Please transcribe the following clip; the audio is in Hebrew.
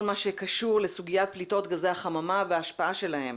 מה שקשור לסוגיית פליטות גזי החממה וההשפעה שלהם.